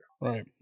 Right